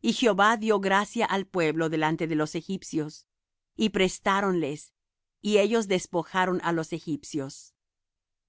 y jehová dió gracia al pueblo delante de los egipcios y prestáronles y ellos despojaron á los egipcios